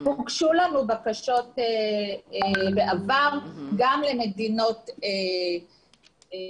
בעבר הוגשו אלינו בקשות גם למדינות מתפתחות,